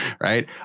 Right